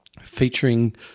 featuring